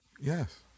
Yes